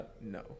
No